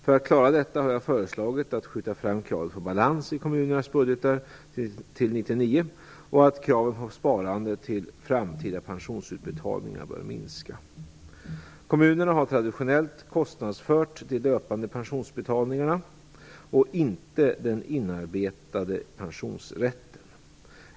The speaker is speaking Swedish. För att klara detta har jag föreslagit att kravet på balans i kommunernas budgetar skall skjutas fram till 1999 och att kraven på sparande till framtida pensionsutbetalningar bör minska. Kommunerna har traditionellt kostnadsfört de löpande pensionsbetalningarna och inte den inarbetade pensionsrätten.